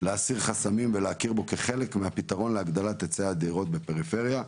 להסיר חסמים ולהכיר בו כחלק מהפתרון להגדלת היצע הדירות בפריפריה,